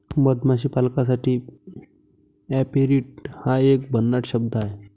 मधमाशी पालकासाठी ऍपेरिट हा एक भन्नाट शब्द आहे